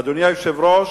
אדוני היושב-ראש,